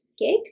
gigs